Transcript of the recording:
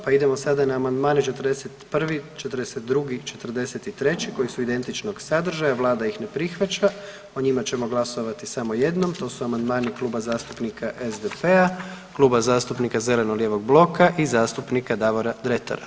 Pa idemo sada na amandmane 41., 42. i 43. koji su identičnog sadržaja, Vlada ih ne prihvaća, o njima ćemo glasovati samo jednom, to su amandmani Kluba zastupnika SDP-a, Kluba zastupnika zeleno-lijevog bloka i zastupnika Davora Dretara.